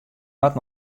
moat